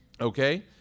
okay